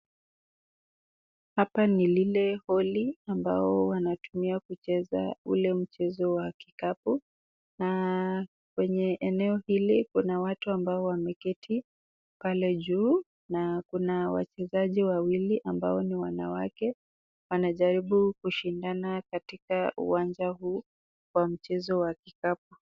Hapa ni lile holi ambao wanatumika kucheza ule mchezo wa kikapu na kwenye eneo hili kuna watu ambao wameketi pale juu na kuna wachezaji wawili ambao ni wanawake wanajaribu kushindana katika uwanja huu wa mchezo wa kikapu.